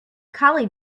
collie